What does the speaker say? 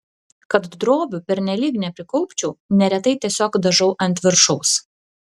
kad drobių pernelyg neprikaupčiau neretai tiesiog dažau ant viršaus